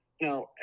Now